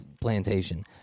Plantation